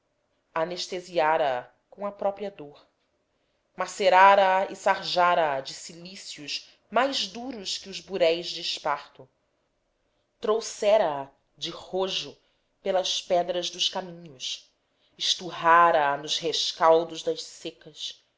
a carne morta anestesiara a com a própria dor macerara a e sarjara a de cilícios mais duros que os buréis de esparto trouxera a de rojo pelas pedras dos caminhos esturrara a nos rescaldos das secas